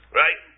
right